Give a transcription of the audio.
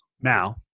Now